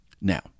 Now